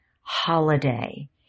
holiday